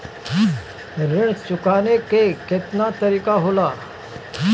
ऋण चुकाने के केतना तरीका होला?